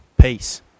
peace